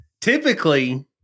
typically